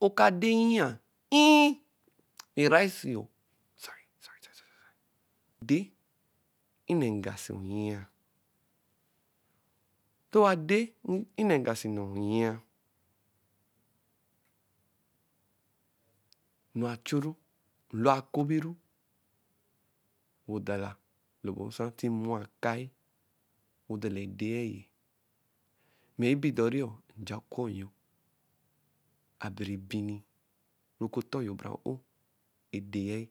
wɛ ɔka dɛ yian, err, e-rice yo odɛ nnɛ ngasi oyia. To owa dɛ nnɛ ngasi yia, nlo achuru, nlo akobi-ru, wɛ odala ɔ-lɔ ebo nsa ti mmu akai wɛ odala edɛgɛ-ɛ. Mɛ ebe dor-rior, njaa ɔkɔ yo abere bini wɛ oku otor yo bara a-o e-de-yei.